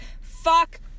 Fuck